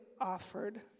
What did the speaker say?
offered